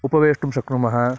उपवेष्टुं शक्नुमः